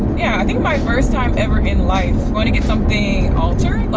yeah i think my first time ever in life wanting to get something altered,